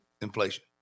inflation